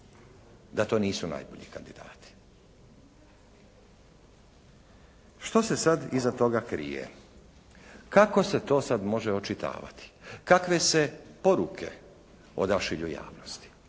da to nisu najbolji kandidati. Što se sad iza toga krije? Kako se to sad može očitavati? Kakve se poruke odašilju javnosti?